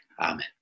Amen